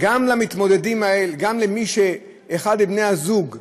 אם אחד מבני הזוג עובד,